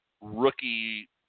rookie